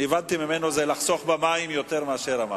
אני הבנתי ממנו שזה לחסוך במים יותר מאשר המס.